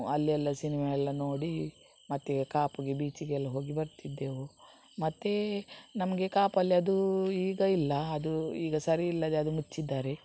ಅಲ್ಲಿ ಎಲ್ಲಾ ಸಿನಿಮಾ ಎಲ್ಲಾ ನೋಡಿ ಮತ್ತು ಕಾಪುಗೆ ಬೀಚಿಗೆಲ್ಲಾ ಹೋಗಿ ಬರ್ತಿದ್ದೆವು ಮತ್ತು ನಮಗೆ ಕಾಪಲ್ಲಿ ಅದು ಈಗ ಇಲ್ಲ ಅದು ಈಗ ಸರಿ ಇಲ್ಲದೆ ಅದು ಮುಚ್ಚಿದ್ದಾರೆ